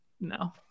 no